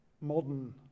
modern